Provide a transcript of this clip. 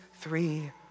three